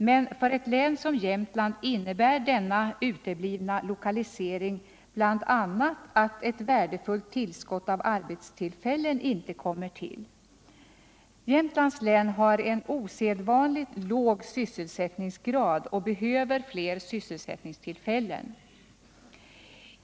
Men för ett län som Jämtland innebär denna uteblivna lokalisering bl.a. att ett värdefullt tillskott av arbetstillfällen inte kommer till. Jämtlands län har en osedvanligt låg sysselsättningsgrad och behöver fler sysselsättningstillfällen.